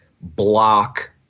block